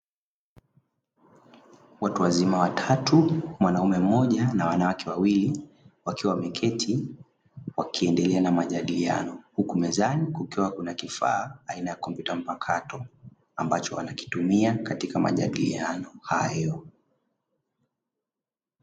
Watu wazima watatu, mwanaume mmoja na wanawake wawili, wakiwa wameketi wakiendelea na majadiliano huku mezani kukiwa na kifaa aina ya kompyuta mpakato ambacho wanakitumia katika majadiliano hayo.